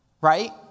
right